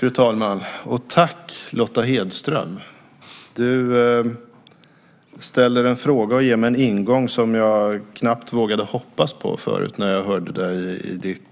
Fru talman! Jag tackar Lotta Hedström för frågan och för att hon ger mig en ingång som jag knappt vågade hoppas på när jag hörde hennes